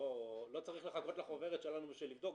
לא צריך לחכות לחוברת שלנו בשביל לבדוק.